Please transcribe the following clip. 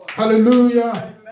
Hallelujah